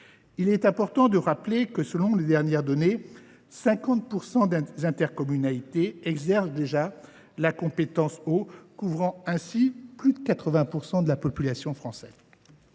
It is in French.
Il est important de rappeler que, selon les dernières données, 50 % des intercommunalités exercent déjà la compétence « eau », couvrant plus de 80 % de la population française.